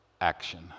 action